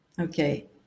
Okay